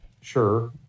sure